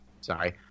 sorry